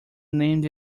named